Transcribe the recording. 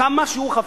כמה שהוא חפץ,